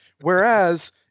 Whereas